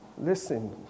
Listen